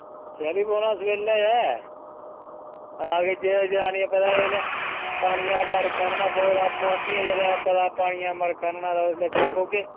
चली पौना सवेल्ला गै तां गै पानियै दा मटका आहन्ना पौग ते आपूं आहनदियां जेल्लै पानियां दा म का आहन्ना होग ओह्लै चली पौगे